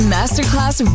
Masterclass